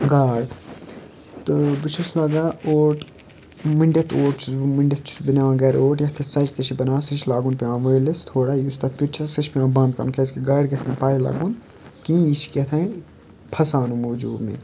گاڈ تہٕ بہٕ چھُس لَگان اوٹ مٔنٛڈِتھ اوٹ چھُس بہٕ مٔنٛڈِتھ چھُس بہٕ نِوان گَرِ اوٹ یَتھ أسۍ ژۄچہِ تہِ چھِ بَناوان سُہ چھُ لاگُن پیٚوان وٲلِس تھوڑا یُس تَتھ پیوٚت چھِ آسا سُہ چھُ پیٚوان بنٛد کَرُن کیٛازِکہِ گاڈٕ گَژھِ نہٕ پاے لَگُن کِہیٖنۍ یہِ چھِ کیٛاہ تھانۍ پھَساونہٕ موٗجوٗب مےٚ